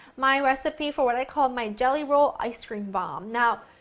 my recipe for what i call my jelly roll ice cream bombe. now,